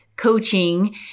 coaching